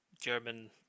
German